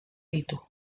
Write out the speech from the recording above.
ditu